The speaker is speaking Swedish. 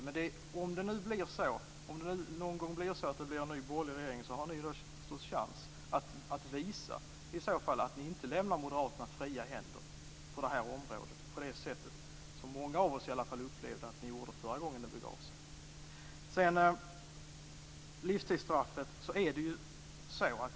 Men om det någon gång blir en ny borgerlig regering har ni en chans att visa att ni inte lämnar moderaterna fria händer, som många av oss upplevde förra gången det begav sig.